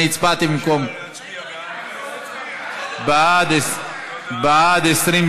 אני הצבעתי במקום, בעד, 27,